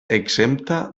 exempta